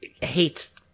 hates